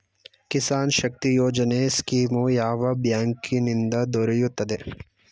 Kisan Shakti Yojana scheme ಯಾವ ಬ್ಯಾಂಕಿನಿಂದ ದೊರೆಯುತ್ತದೆ?